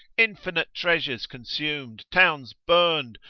infinite treasures consumed, towns burned,